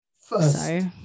First